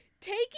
taking